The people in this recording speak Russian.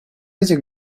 этих